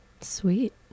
Sweet